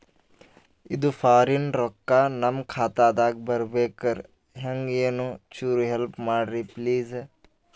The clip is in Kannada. ಇದು ಫಾರಿನ ರೊಕ್ಕ ನಮ್ಮ ಖಾತಾ ದಾಗ ಬರಬೆಕ್ರ, ಹೆಂಗ ಏನು ಚುರು ಹೆಲ್ಪ ಮಾಡ್ರಿ ಪ್ಲಿಸ?